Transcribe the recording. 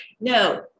no